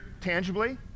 tangibly